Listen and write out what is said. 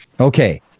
Okay